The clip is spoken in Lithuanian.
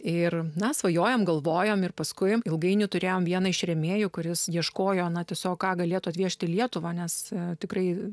ir na svajojame galvojame ir paskui ilgainiui turėjome vieną iš rėmėjų kuris ieškojo na tiesiog ką galėtų atvežti į lietuvą nes tikrai